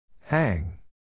Hang